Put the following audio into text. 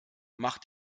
mach